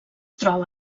troba